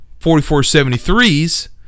4473's